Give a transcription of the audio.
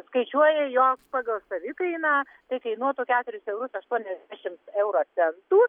skaičiuoja jog pagal savikainą tai kainuotų keturis eurus aštuoniasdešimt euro centų